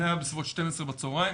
זה היה בסביבות 12 בצהריים.